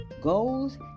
goals